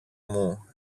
μου